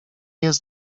jest